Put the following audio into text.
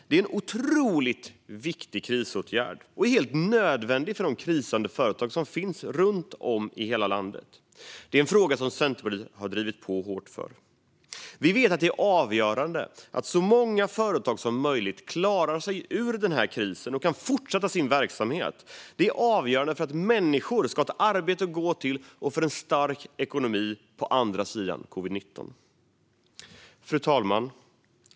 Det är en otroligt viktig krisåtgärd som är helt nödvändig för de krisande företag som finns runt om i landet. Det är en fråga som Centerpartiet har drivit på hårt för. Vi vet att det är avgörande att så många företag som möjligt klarar sig ur krisen och kan fortsätta sin verksamhet. Det är avgörande för att människor ska ha ett arbete att gå till och för att ha en stark ekonomi på andra sidan covid-19. Fru talman!